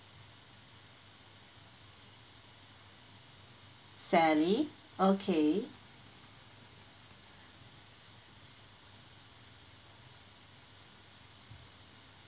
sally okay